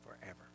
forever